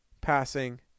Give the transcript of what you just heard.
passing